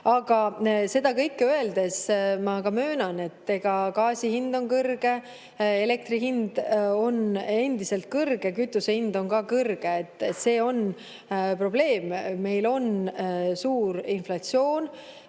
Aga seda öeldes ma möönan, et gaasi hind on kõrge, elektri hind on endiselt kõrge ja kütuse hind on ka kõrge. See on probleem, meil on suur inflatsioon.